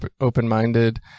open-minded